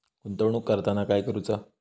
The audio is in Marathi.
गुंतवणूक करताना काय करुचा?